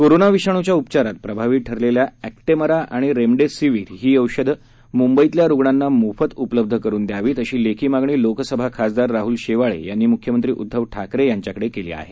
corona विषाणूच्या उपचारात प्रभावी ठरलेल्या ऍक्टेमरा आणि रेमेडेसिवीर ही औषधे मुंबईतल्या रुग्णांना मोफत उपलब्ध करून द्यावीत अशी लेखी मागणी लोकसभा खासदार राहल शेवाळे यांनी म्ख्यमंत्री उद्धव ठाकरे यांच्याकडे केली आहे